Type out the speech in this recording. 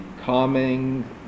calming